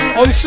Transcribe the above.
on